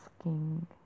asking